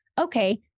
okay